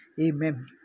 Amen